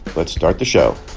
let's start the show